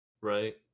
Right